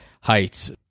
heights